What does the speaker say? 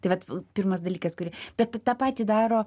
tai vat pirmas dalykas kurį bet tą patį daro